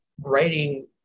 writing